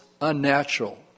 unnatural